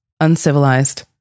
uncivilized